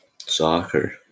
soccer